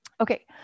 Okay